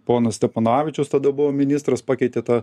ponas steponavičius tada buvo ministras pakeitė tą